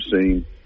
seen